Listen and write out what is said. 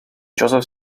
joseph